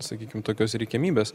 sakykime tokios reikiamybės